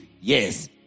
Yes